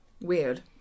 weird